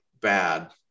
bad